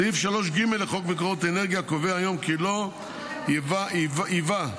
סעיף 3ג לחוק מקורות אנרגיה קובע היום כי לא ייבא יבואן,